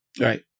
Right